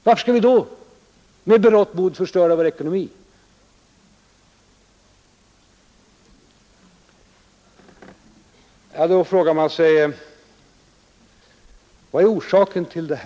Varför skall vi då med berått mod förstöra vår ekonomi? Man frågar sig vad orsaken är till detta.